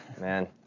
man